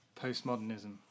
postmodernism